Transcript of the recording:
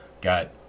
got